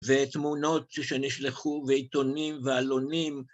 ותמונות שנשלחו ועיתונים ועלונים